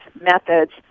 methods